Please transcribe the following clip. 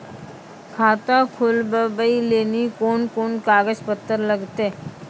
खाता खोलबाबय लेली कोंन कोंन कागज पत्तर लगतै?